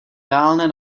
reálné